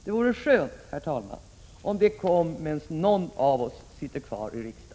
Det vore skönt, herr talman, om ett sådant beslut kom medan någon av oss sitter kvar i riksdagen.